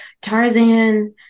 Tarzan